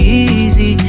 easy